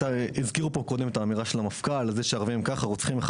הזכירו פה קודם את האמירה של המפכ״ל על זה שהערבים רוצחים אחד